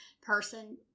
person